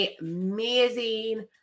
amazing